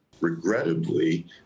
Regrettably